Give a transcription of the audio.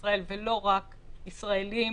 21 ו-21 --- 21 יום,